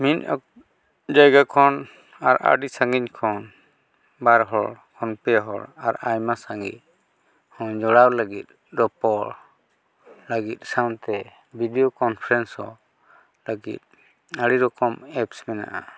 ᱢᱤᱫ ᱡᱟᱭᱜᱟ ᱠᱷᱚᱱ ᱟᱨ ᱟᱹᱰᱤ ᱥᱟᱺᱜᱤᱧ ᱠᱷᱚᱱ ᱵᱟᱨ ᱦᱚᱲ ᱵᱟᱝ ᱯᱮ ᱦᱚᱲ ᱟᱨ ᱟᱭᱢᱟ ᱥᱟᱸᱜᱮ ᱦᱚᱸ ᱡᱚᱲᱟᱣ ᱞᱟᱹᱜᱤᱫ ᱨᱚᱯᱚᱲ ᱞᱟᱹᱜᱤᱫ ᱥᱟᱶᱛᱮ ᱵᱷᱤᱰᱤᱭᱳ ᱠᱚᱱᱯᱷᱟᱨᱮᱱᱥ ᱦᱚᱸ ᱞᱟᱹᱜᱤᱫ ᱟᱹᱰᱤ ᱨᱚᱠᱚᱢ ᱮᱯᱥ ᱢᱮᱱᱟᱜᱼᱟ